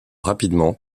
rapidement